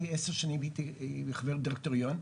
אני עשר שנים הייתי חבר דירקטוריון,